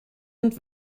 und